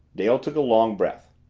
dale took a long breath,